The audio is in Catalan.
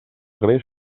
greix